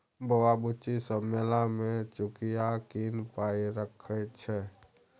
बौआ बुच्ची सब मेला मे चुकिया कीन पाइ रखै छै